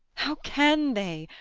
how can they,